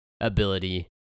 ability